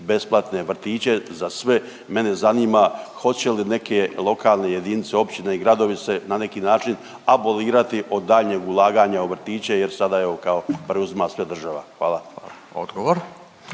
besplatne vrtiće za sve. Mene zanima, hoće li neke lokalne jedinice, općine i gradovi se, na neki način abolirati od daljnjeg ulaganja u vrtiće jer sada, evo, kao, preuzima sve država? Hvala.